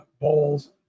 bowls